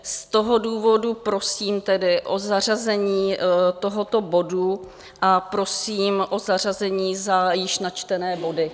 Z toho důvodu prosím tedy o zařazení tohoto bodu a prosím o zařazení za již načtené body.